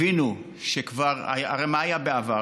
הבינו שכבר, הרי מה היה בעבר?